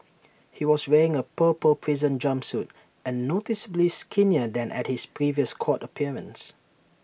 he was wearing A purple prison jumpsuit and noticeably skinnier than at his previous court appearance